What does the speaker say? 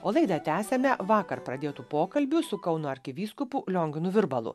o laidą tęsiame vakar pradėtu pokalbiu su kauno arkivyskupu lionginu virbalu